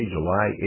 July